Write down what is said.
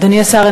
אדוני השר,